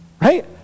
Right